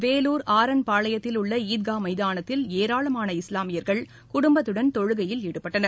Vellore R N பாளையத்தில் உள்ள ஈத்கா மைதானத்தில் ஏராளமான இஸ்லாமியர்கள் குடும்பத்துடன் தொழுகையில் ஈடுபட்டனர்